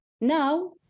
Now